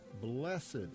blessed